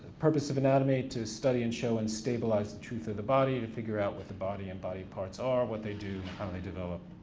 purpose of anatomy to study and show and stabilize the truth of the body to figure out what the body and body parts are, what they do, how they develop.